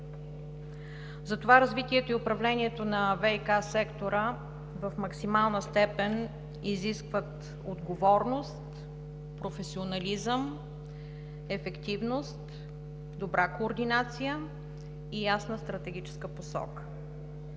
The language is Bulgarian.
затова развитието и управлението на ВиК сектора в максимална степен изискват отговорност, професионализъм, ефективност, добра координация и ясна стратегическа посока.